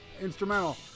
instrumental